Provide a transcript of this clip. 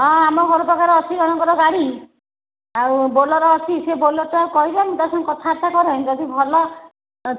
ହଁ ଆମ ଘର ପାଖର ଅଛି ଜଣଙ୍କର ଗାଡ଼ି ଆଉ ବୋଲେରୋ ଅଛି ସେ ବୋଲେରୋଟା କହିବେ ମୁଁ ତା ସାଙ୍ଗେ କଥାବାର୍ତ୍ତା କରେଁ ଯଦି ଭଲ